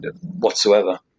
whatsoever